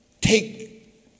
Take